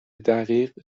دقیق